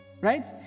Right